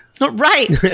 right